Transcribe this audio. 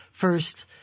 first